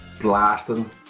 blasting